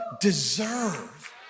deserve